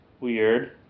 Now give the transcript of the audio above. weird